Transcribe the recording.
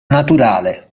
naturale